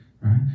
Right